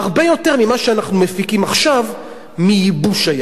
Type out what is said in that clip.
יותר ממה שאנחנו מפיקים עכשיו מייבוש הים.